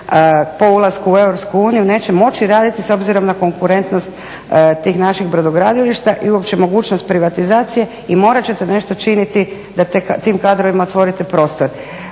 po ulasku u Europsku uniju, neće moći raditi s obzirom na konkurentnost tih naših brodogradilišta i uopće mogućnost privatizacije. I morati ćete nešto činiti da tim kadrovima otvorite prostor.